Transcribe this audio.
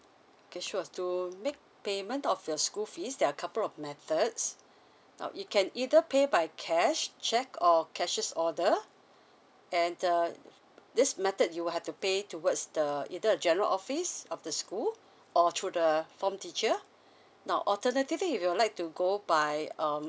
okay sure to make payment of your school fees there couple of methods now it can either pay by cash cheque or cashes order and err this method you will have to pay towards the either the general office of the school or through the form teacher now alternative if you would like to go by um